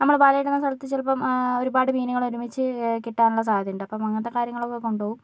നമ്മൾ വലയിടുന്ന സ്ഥലത്ത് ചിലപ്പോൾ ഒരുപാട് മീനുകൾ ഒരുമിച്ച് കിട്ടാനുള്ള സാധ്യതയുണ്ട് അപ്പം അങ്ങനത്തെ കാര്യങ്ങളൊക്കെ കൊണ്ടു പോകും